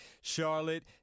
Charlotte